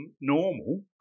normal